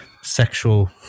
sexual